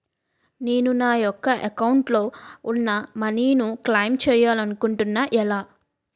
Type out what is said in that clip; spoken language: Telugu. నేను నా యెక్క అకౌంట్ లో ఉన్న మనీ ను క్లైమ్ చేయాలనుకుంటున్నా ఎలా?